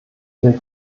der